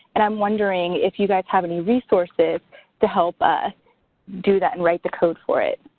and i'm wondering if you guys have any resources to help us do that and write the code for it?